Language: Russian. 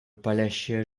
палящая